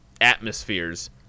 atmospheres